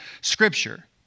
scripture